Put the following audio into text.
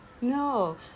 no